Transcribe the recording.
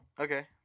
Okay